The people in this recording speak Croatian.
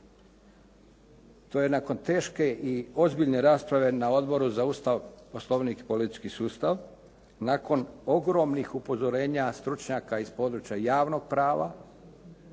To je nakon teške i ozbiljne rasprave na Odboru za Ustav, Poslovnik i politički sustav nakon ogromnih upozorenja stručnjaka iz područja javnog prava,